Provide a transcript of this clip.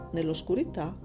Nell'oscurità